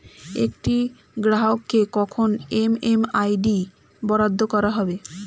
একটি গ্রাহককে কখন এম.এম.আই.ডি বরাদ্দ করা হবে?